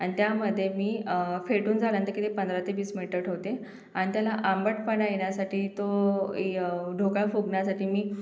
आणि त्यामध्ये मी फेटून झाल्यानंतर की ते पंधरा ते वीस मिनिटं ठेवते आणि त्याला आंबटपणा येण्यासाठी तो एय ढोकळा फुगण्यासाठी मी